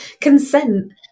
consent